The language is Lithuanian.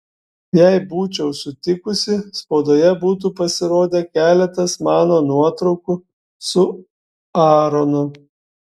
jei būčiau sutikusi spaudoje būtų pasirodę keletas mano nuotraukų su aaronu